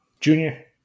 Junior